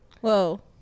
Whoa